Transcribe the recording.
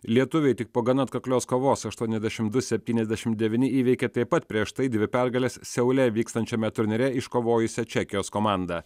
lietuviai tik po gana atkaklios kovos aštuoniasdešimt du septyniasdešimt devyni įveikė taip pat prieš tai dvi pergales seule vykstančiame turnyre iškovojusią čekijos komandą